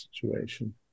situation